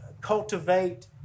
cultivate